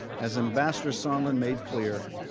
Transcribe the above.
as ambassador sondland made clear.